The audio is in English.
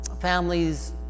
families